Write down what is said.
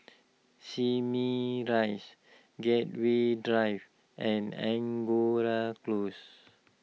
Simei Rise Gateway Drive and Angora Close